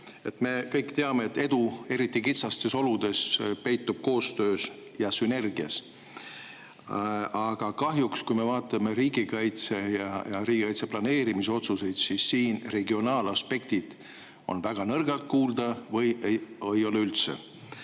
Me kõik teame, et edu, eriti kitsastes oludes, peitub koostöös ja sünergias. Aga kui me vaatame riigikaitse ja riigikaitse planeerimise otsuseid, siis kahjuks [näeme, et] regionaalaspektid on olnud väga nõrgalt kuulda või ei ole üldse.